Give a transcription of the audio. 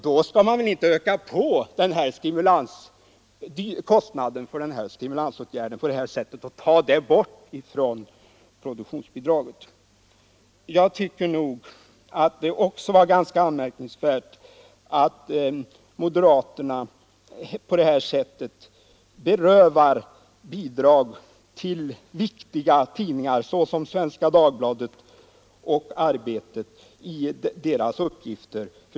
Då skall man väl inte öka kostnaden för denna stimulansåtgärd genom att ta medel från produktionsbidraget. Jag tycker också att det var ganska anmärkningsvärt att moderaterna vill beröva viktiga tidningar, såsom Svenska Dagbladet och Arbetet, bidrag.